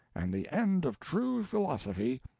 and the end of true philosophy,